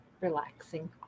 relaxing